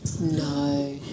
No